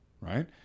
right